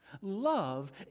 Love